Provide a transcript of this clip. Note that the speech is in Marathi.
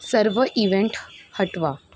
सर्व इव्हेंट हटवा